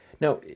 Now